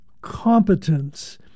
competence